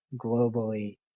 globally